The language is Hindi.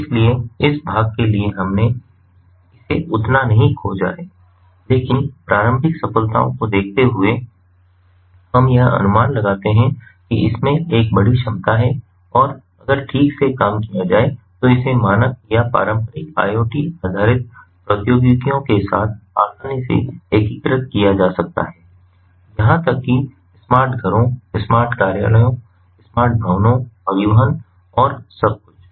इसलिए इस भाग के लिए हमने इसे उतना नहीं खोजा है लेकिन प्रारंभिक सफलताओं को देखते हुए हम यह अनुमान लगाते हैं कि इसमें एक बड़ी क्षमता है और अगर ठीक से काम किया जाए तो इसे मानक या पारंपरिक IoT आधारित प्रौद्योगिकियों के साथ आसानी से एकीकृत किया जा सकता है यहां तक कि स्मार्ट घरों स्मार्ट कार्यालयों स्मार्ट भवनों परिवहन और सब कुछ में